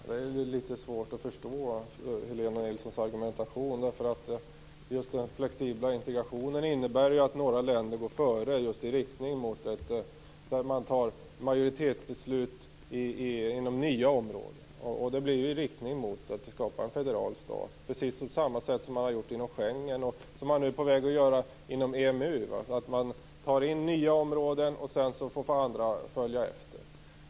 Herr talman! Jag har litet svårt att förstå Helena Nilssons argumentation. Den flexibla integrationen innebär att några länder går före i riktning mot majoritetsbeslut inom nya områden. Det blir i riktning mot en federal stat. Precis samma har skett inom Schengen och sker nu inom EMU. Nya områden tas in, och andra följer efter.